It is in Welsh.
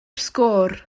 sgôr